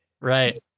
Right